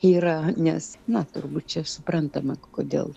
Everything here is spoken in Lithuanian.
yra nes na turbūt čia suprantama kodėl